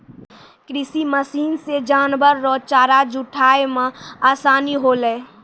कृषि मशीन से जानवर रो चारा जुटाय मे आसानी होलै